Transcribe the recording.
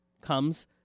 comes